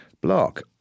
block